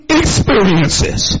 experiences